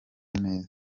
meza